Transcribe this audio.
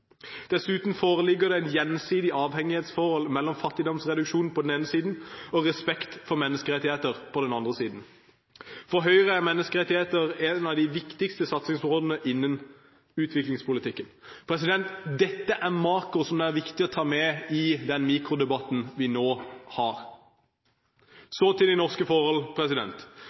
Dessuten foreligger det et gjensidig avhengighetsforhold mellom fattigdomsreduksjon på den ene siden og respekt for menneskerettigheter på den andre siden. For Høyre er menneskerettigheter et av de viktigste satsingsområdene innen utviklingspolitikken. Dette er «makro», som det er viktig å ta med i den mikrodebatten vi nå har. Så til de norske forhold.